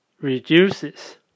reduces